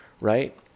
right